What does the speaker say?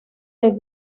del